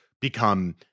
become